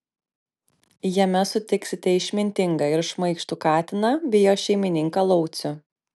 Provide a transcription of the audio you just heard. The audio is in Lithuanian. jame sutiksite išmintingą ir šmaikštų katiną bei jo šeimininką laucių